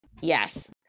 Yes